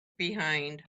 behind